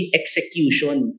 execution